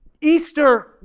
Easter